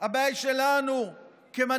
הבעיה היא שלנו כמנהיגים,